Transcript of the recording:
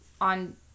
on